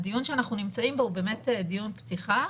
הדיון שאנחנו נמצאים בו הוא דיון פתיחה,